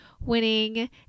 winning